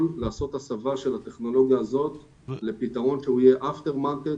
לעשות הסבה של הטכנולוגיה הזאת לפתרון שהוא יהיה אפטר מרקט